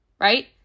Right